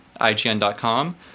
IGN.com